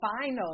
final